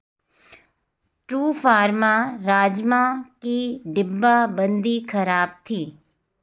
true pharma rajma की डिब्बाबंदी खराब थी